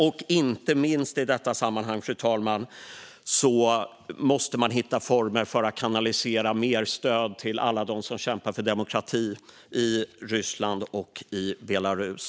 Inte minst måste man i detta sammanhang, fru talman, hitta former för att kanalisera mer stöd till alla dem som kämpar för demokrati i Ryssland och i Belarus.